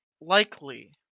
likely